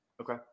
Okay